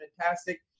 fantastic